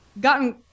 gotten